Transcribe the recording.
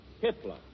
Hitler